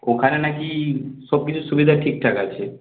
ওখানে নাকি সবকিছুর সুবিধা ঠিকঠাক আছে